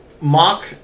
mock